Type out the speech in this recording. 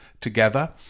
together